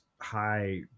High